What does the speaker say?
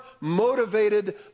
motivated